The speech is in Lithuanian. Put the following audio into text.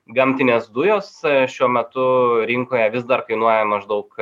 gamtinės dujos šiuo metu rinkoje vis dar kainuoja maždaug